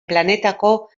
planetako